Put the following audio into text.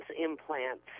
implants